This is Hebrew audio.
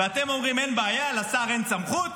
אתם אומרים: אין בעיה, לשר אין סמכות?